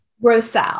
rosal